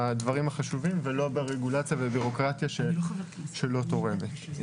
בדברים החשובים ולא ברגולציה ובבירוקרטיה שלא תורמת.